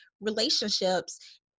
relationships